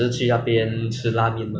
然后又又想去吃